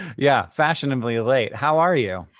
yeah, fashionably late. how are you?